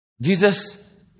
Jesus